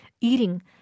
eating